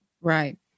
Right